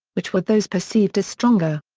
which were those perceived as stronger.